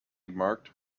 marked